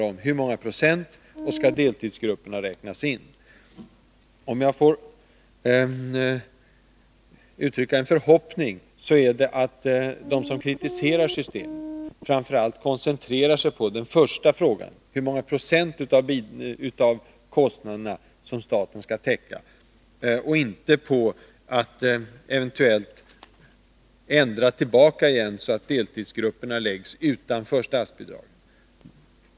Om jag får uttrycka en förhoppning skulle det vara, att de som kritiserar systemet koncentrerar sig framför allt på den första punkten, hur många procent av kostnaderna som staten skall täcka, och inte inriktar sig på att åter lägga deltidsgrupperna utanför statsbidragssystemet.